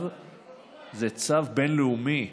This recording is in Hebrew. זה צו בין-לאומי,